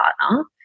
partner